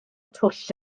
twll